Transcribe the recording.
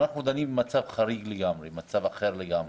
אנחנו דנים במצב חריג לגמרי, במצב אחר לגמרי.